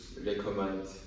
recommend